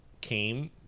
came